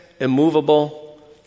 immovable